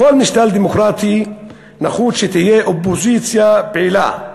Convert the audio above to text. בכל משטר דמוקרטי נחוץ שתהיה אופוזיציה פעילה,